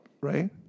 right